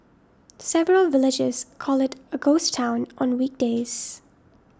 several villagers call it a ghost town on weekdays